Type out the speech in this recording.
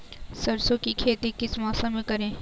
सरसों की खेती किस मौसम में करें?